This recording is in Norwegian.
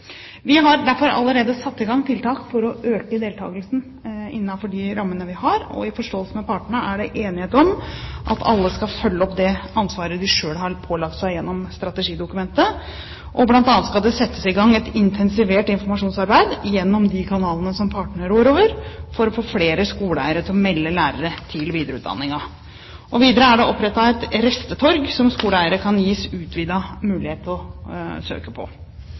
Vi har derfor allerede satt i gang tiltak for å øke deltakelsen innenfor de rammene vi har, og i forståelse med partene er det enighet om at alle skal følge opp det ansvaret de selv har pålagt seg gjennom strategidokumentet. Blant annet skal det settes i gang et intensivert informasjonsarbeid gjennom de kanalene som partene rår over, for å få flere skoleeiere til å melde på lærere til videreutdanning. Videre er det opprettet et restetorg som skoleeiere kan gis utvidet mulighet til å søke på.